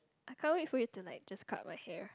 I can't wait for you to like just cut my hair